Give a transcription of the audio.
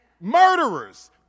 murderers